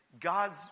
God's